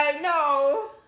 no